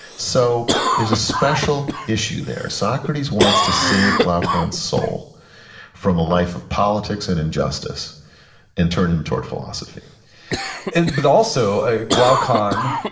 so, there's a special issue there. socrates wants to save glaucon's soul from a life of politics and injustice and turn him towards philosophy and but also, ah glaucon,